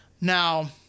Now